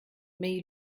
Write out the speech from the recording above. mais